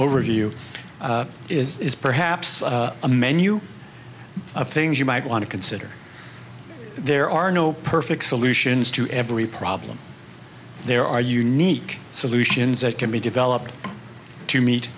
overview is perhaps a menu of things you might want to consider there are no perfect solutions to every problem there are unique solutions that can be developed to meet